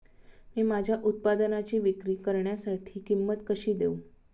मी माझ्या उत्पादनाची विक्री करण्यासाठी किंमत कशी देऊ?